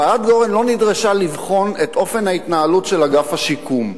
ועדת-גורן לא נדרשה לבחון את אופן ההתנהלות של אגף השיקום.